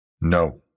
No